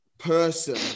person